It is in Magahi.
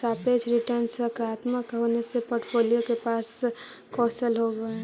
सापेक्ष रिटर्न सकारात्मक होने से पोर्ट्फोलीओ के पास कौशल होवअ हई